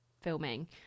filming